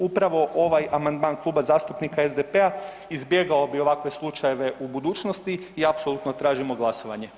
Upravo ovaj amandman Kluba zastupnika SDP-a izbjegao bi ovakve slučajeve u budućnosti i apsolutno tražimo glasovanje.